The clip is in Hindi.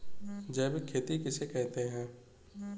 जैविक खेती किसे कहते हैं?